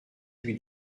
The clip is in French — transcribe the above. lui